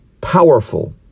powerful